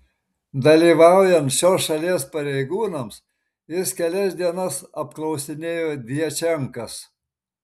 dalyvaujant šios šalies pareigūnams jis kelias dienas apklausinėjo djačenkas